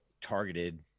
targeted